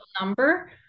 number